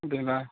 ஓகேங்களா